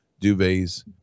duvets